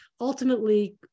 ultimately